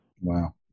Wow